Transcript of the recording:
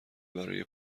برای